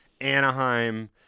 Anaheim